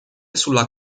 sulla